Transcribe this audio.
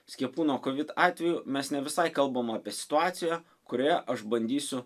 skiepų nuo kovid atveju mes ne visai kalbam apie situaciją kurioje aš bandysiu